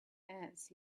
ants